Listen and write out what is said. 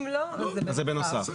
אם לא, זה בנוסף.